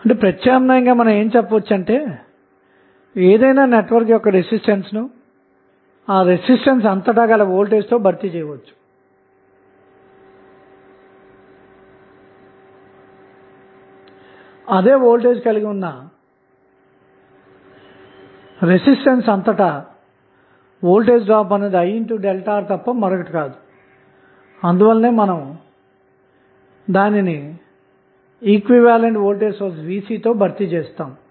కాబట్టి ప్రత్యామ్నాయంగా మనం ఏమి చెప్పవచ్చంటే ఏదైనా నెట్వర్క్ యొక్క రెసిస్టెన్స్ ను ఆ రెసిస్టెన్స్ అంతటా గల వోల్టేజ్ తో భర్తీ చేయవచ్చు అదే వోల్టేజ్ కలిగి ఉన్న రెసిస్టెన్స్ అంతటా వోల్టేజ్ డ్రాప్ అన్నది IΔR తప్ప మరొకటి కాదు అందువలనే దానిని మనం సమానమైన వోల్టేజ్ సోర్స్ Vc తో భర్తీ చేసాము